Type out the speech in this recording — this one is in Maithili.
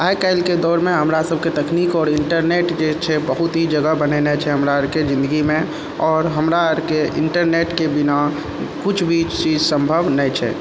आइकाल्हिके दौरमे हमरासबके तकनीक आओर इन्टरनेट जे छै बहुत ही जगह बनेने छै हमरा अरके जिन्दगीमे आओर हमरा अरके इन्टरनेटके बिना कुछ भी चीज सम्भव नहि छै